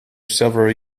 several